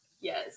Yes